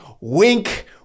Wink